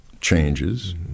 changes